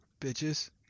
bitches